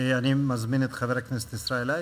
אני מזמין את חבר הכנסת ישראל אייכלר.